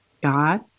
God